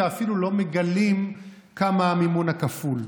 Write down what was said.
אפילו לא מגלים כמה המימון הכפול.